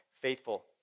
faithful